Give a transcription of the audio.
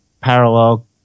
parallel